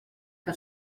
que